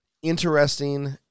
interesting